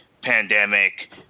pandemic